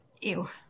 Ew